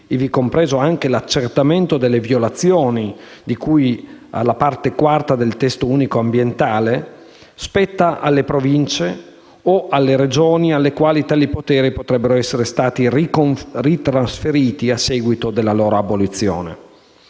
ivi compreso anche l'accertamento delle violazioni di cui alla parte quarta del testo unico ambientale, spetta alle Province o alle Regioni alle quali tali poteri potrebbero essere stati ritrasferiti a seguito della loro abolizione.